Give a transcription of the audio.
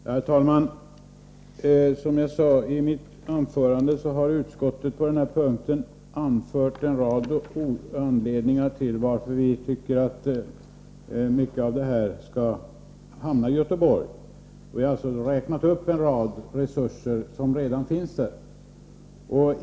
Herr talman! Som jag sade i mitt anförande har utskottet på denna punkt anfört en rad anledningar till att vi tycker att mycket av denna verksamhet skall hamna i Göteborg. Vi har räknat upp en rad resurser som redan finns där.